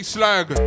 Slag